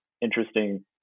interesting